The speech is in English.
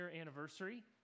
anniversary